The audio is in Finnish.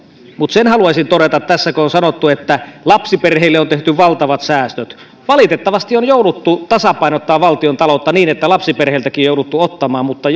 mutta sen haluaisin todeta tässä kun on sanottu että lapsiperheille on tehty valtavat säästöt että valitettavasti on jouduttu tasapainottamaan valtion taloutta niin että lapsiperheiltäkin on jouduttu ottamaan mutta